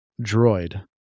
droid